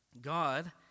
God